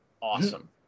awesome